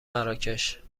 مراکش